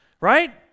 right